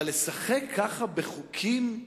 אבל לשחק ככה בחוקים?